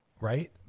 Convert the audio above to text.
right